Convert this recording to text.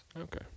Okay